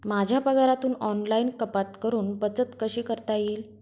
माझ्या पगारातून ऑनलाइन कपात करुन बचत कशी करता येईल?